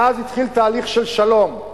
מאז התחיל תהליך של שלום,